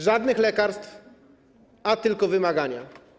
Żadnych lekarstw, a tylko wymagania.